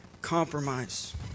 compromise